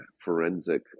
forensic